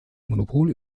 monopol